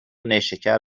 نیشکر